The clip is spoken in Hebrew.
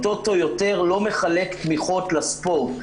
הטוטו יותר לא מחלק תמיכות לספורט.